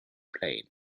plane